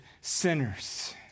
sinners